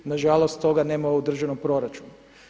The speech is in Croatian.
Na žalost toga nema u državnom proračunu.